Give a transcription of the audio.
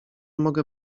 mogę